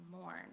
mourn